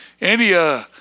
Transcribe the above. India